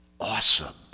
awesome